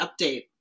update